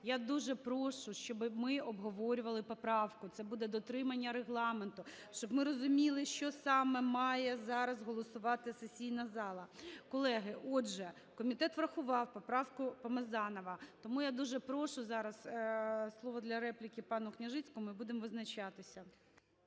Я дуже прошу, щоби ми обговорювали поправку. Це буде дотримання Регламенту. Щоб ми розуміли, що саме має зараз голосувати сесійна зала. Колеги, отже, комітет врахував поправку Помазанова. Тому я дуже прошу зараз слово для репліки пану Княжицькому. І будемо визначатися.